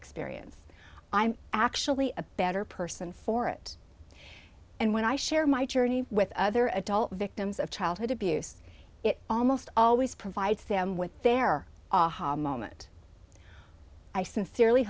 experience i'm actually a better person for it and when i share my journey with other adult victims of childhood abuse it almost always provides them with their moment i sincerely